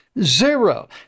Zero